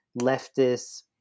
leftist